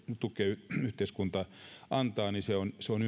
tukea yhteiskunta antaa se on se on